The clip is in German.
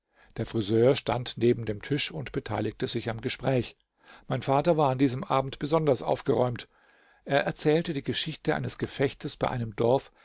der friseur stand neben dem tisch und beteiligte sich am gespräch mein vater war an diesem abend besonders aufgeräumt er erzählte die geschichte eines gefechtes bei einem dorf